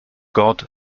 god